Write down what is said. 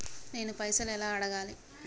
నేను పైసలు ఎలా అడగాలి?